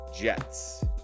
Jets